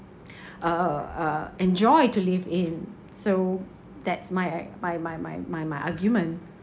uh uh enjoy to live in so that's my my my my my my argument